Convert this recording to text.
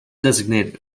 designated